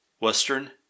Western